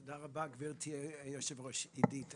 תודה רבה, גברתי היושבת-ראש, עידית.